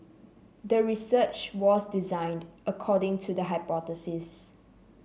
the research was designed according to the hypothesis